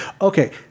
Okay